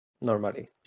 normally